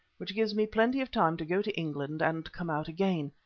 which gives me plenty of time to go to england and come out again.